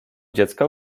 dziecka